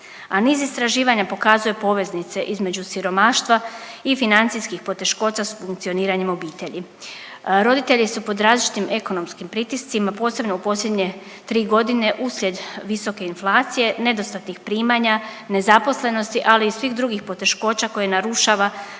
a niz istraživanja pokazuje poveznice između siromaštva i financijskih poteškoća s funkcioniranjem obitelji. Roditelji su pod različitim ekonomskim pritiscima posebno u posljednje tri godine uslijed visoke inflacije, nedostatnih primanja, nezaposlenosti ali i svih drugih poteškoća koje narušava